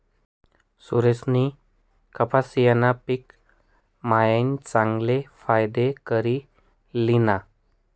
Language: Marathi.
सुरेशनी कपाशीना पिक मायीन चांगला फायदा करी ल्हिना